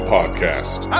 Podcast